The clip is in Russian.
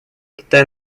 китай